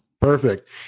Perfect